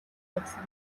байсан